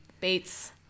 Bates